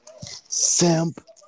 Simp